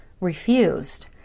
refused